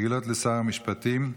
רגילות לשר המשפטים,